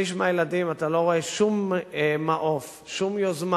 שליש מהילדים, אתה לא רואה שום מעוף, שום יוזמה,